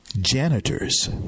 janitors